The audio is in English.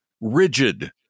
rigid